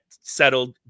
settled